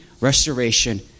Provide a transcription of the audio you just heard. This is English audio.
restoration